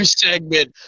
segment